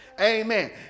Amen